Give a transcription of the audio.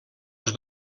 els